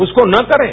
उसको ना करें